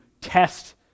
test